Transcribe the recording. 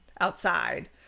outside